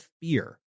fear